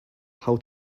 how